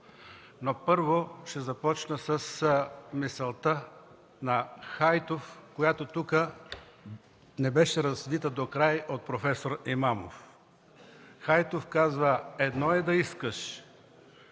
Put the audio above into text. Първо ще започна с мисълта на Хайтов, която тук не беше развита докрай от проф. Имамов. Хайтов казва: едно е да искаш,